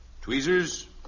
Tweezers